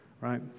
right